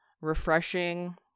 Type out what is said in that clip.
refreshing